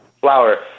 flower